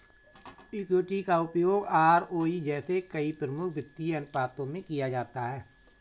equity का उपयोग ROE जैसे कई प्रमुख वित्तीय अनुपातों में किया जाता है